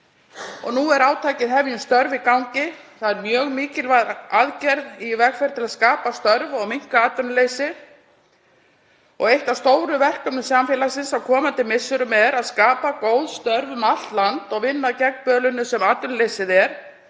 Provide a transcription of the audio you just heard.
Nú er átakið Hefjum störf í gangi. Það er mjög mikilvæg aðgerð í vegferð til að skapa störf og minnka atvinnuleysi. Eitt af stóru verkefnum samfélagsins á komandi misserum er að skapa góð störf um allt land og vinna gegn bölinu sem atvinnuleysið er